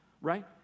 right